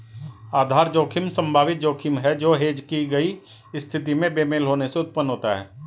आधार जोखिम संभावित जोखिम है जो हेज की गई स्थिति में बेमेल होने से उत्पन्न होता है